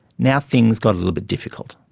now things got a little bit difficult.